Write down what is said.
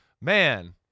man